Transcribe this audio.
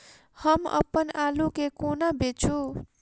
हम अप्पन आलु केँ कोना बेचू?